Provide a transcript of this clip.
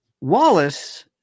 Wallace